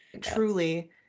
truly